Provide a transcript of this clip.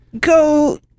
go